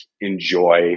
enjoy